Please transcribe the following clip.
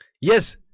Yes